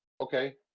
okay